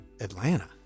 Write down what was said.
Atlanta